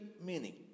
meaning